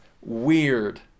weird